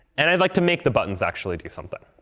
and i'd like to make the buttons actually do something.